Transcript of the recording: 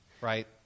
right